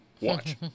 Watch